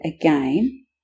again